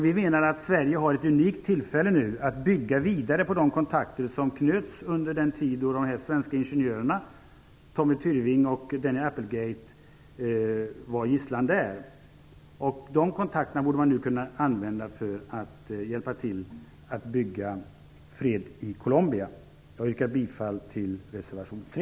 Vi menar att Sverige nu har ett unikt tillfälle att bygga vidare på de kontakter som knöts under den tid som de svenska ingenjörerna Tommy Tyrving och Danny Applegate var gisslan där. Dessa kontakter borde man nu kunna använda för att hjälpa till att bygga fred i Colombia. Jag yrkar bifall till reservation 3.